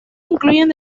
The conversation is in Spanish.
incluyen